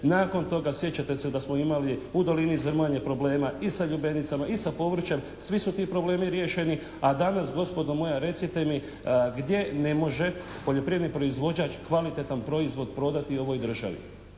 nakon toga sjećate se da smo imali u dolini Zrmanje problema i sa lubenicama i sa povrćem. Svi su ti problemi riješeni a danas gospodo moja recite mi gdje ne može poljoprivredni proizvođač kvalitetan proizvod prodati ovoj državi.